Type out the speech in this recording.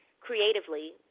creatively